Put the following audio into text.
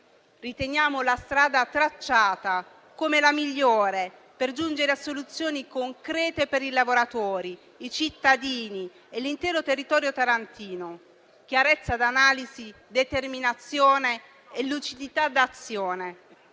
Riteniamo che la strada tracciata sia la migliore per giungere a soluzioni concrete per i lavoratori, i cittadini e l'intero territorio tarantino: chiarezza di analisi, determinazione e lucidità d'azione.